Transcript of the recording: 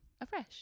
afresh